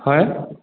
হয়